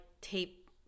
tape